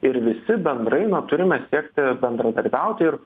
ir visi bendrai na turime siekti bendradarbiauti ir